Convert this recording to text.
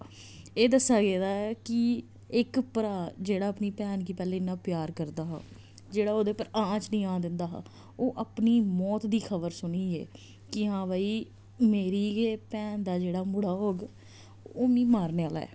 एह् दस्सेआ गेदा ऐ कि इक भ्राऽ जेह्ड़ा अपनी भैन गी पैह्ले इ'न्ना प्यार करदा हा जेह्ड़ा ओह्दे पर आंच निं आन दिदां हा ओह् अपनी मौत दी खबर सुनियै कि हां भाई मेरी गै भैन दा जेह्ड़ा मुड़ा होग ओह् मिगी मारने आह्ला ऐ